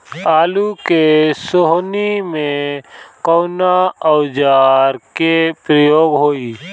आलू के सोहनी में कवना औजार के प्रयोग होई?